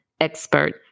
expert